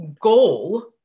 goal